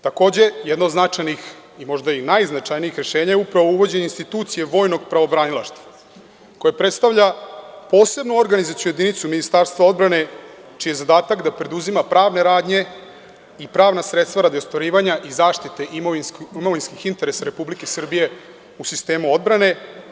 Takođe, možda i najznačajnije rešenje je upravo uvođenje institucije vojnog pravobranilaštva, koje predstavlja posebnu organizacionu jedinicu Ministarstva odbrane, čiji je zadatak da preduzima pravne radnje i pravna sredstva radi ostvarivanja i zaštite imovinskih interesa Republike Srbije u sistemu odbrane.